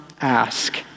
ask